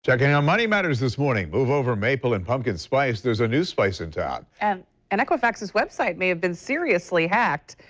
checking on money matters this morning, move over maple and pumpkin spice, there's a new spice in town. and and echo effects website may have been seriously hacked,